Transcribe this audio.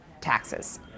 taxes